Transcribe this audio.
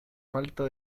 falta